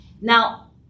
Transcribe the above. Now